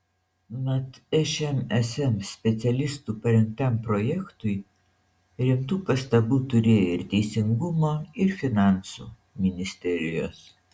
mat šmsm specialistų parengtam projektui rimtų pastabų turėjo ir teisingumo ir finansų ministerijos